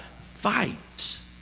fights